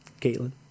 Caitlin